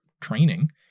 training –